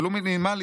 ולו מינימלי,